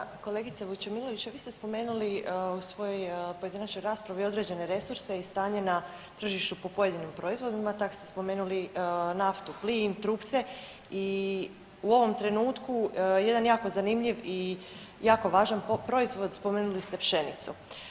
Poštovana kolegice Vučemilović, vi ste spomenuli u svojoj pojedinačnoj raspravi određene resurse i stanje na tržištu po pojedinim proizvodima, tako ste spomenuli naftu, plin i trupce i u ovom trenutku jedan jako zanimljiv i jako važan proizvod spomenuli ste pšenicu.